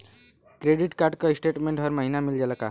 Credit card क statement हर महिना मिल जाला का?